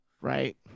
Right